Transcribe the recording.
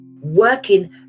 working